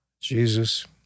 Jesus